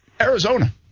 Arizona